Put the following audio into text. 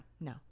no